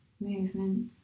movement